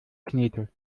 knete